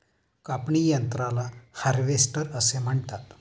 कापणी यंत्राला हार्वेस्टर असे म्हणतात